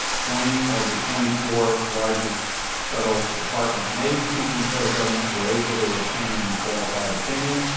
twenty of the twenty four largest federal departments and agencies in the federal government were able to obtain an unqualified opinion.